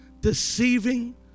deceiving